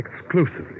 Exclusively